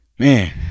Man